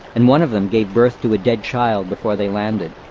and one of them gave birth to a dead child before they landed.